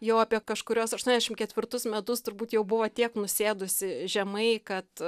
jau apie kažkuriuos aštuoniasdešim ketvirtus metus turbūt jau buvo tiek nusėdusi žemai kad